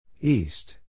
East